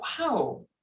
Wow